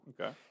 Okay